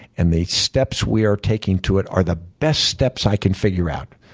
and the steps we are taking to it are the best steps i can figure out.